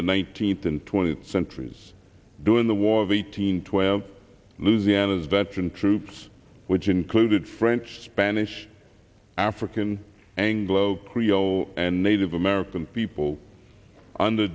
the nineteenth and twentieth centuries during the war of eighteen twelve lucianne as veteran troops which included french spanish african anglo creole and native american people under